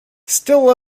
still